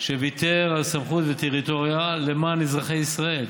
שוויתר על סמכות וטריטוריה למען אזרחי ישראל.